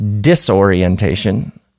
disorientation